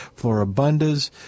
Florabundas